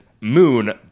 Moon